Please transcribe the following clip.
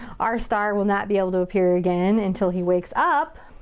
our star will not be able to appear again until he wakes up.